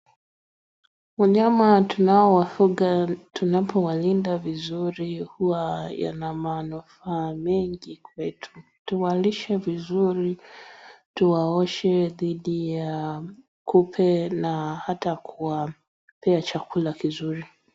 Wanyama tunaowafuga tunapowalinda vizuri huwa yana manufaa mengi kwetu, tuwalishe vizuri, tuwaoshe dhidi ya kupe na hata kuwapea chakula kizuri.